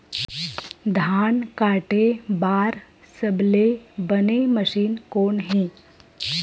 धान काटे बार सबले बने मशीन कोन हे?